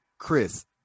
Chris